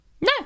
No